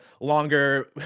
longer